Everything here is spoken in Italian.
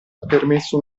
permesso